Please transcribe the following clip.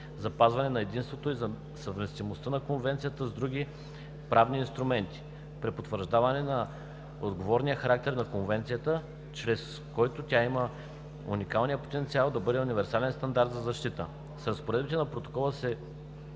запазване на единството и съвместимостта на Конвенцията с други правни инструменти; препотвърждаване на отворения характер на Конвенцията, чрез който тя има уникален потенциал да бъде универсален стандарт за защита. С разпоредбите на Протокола се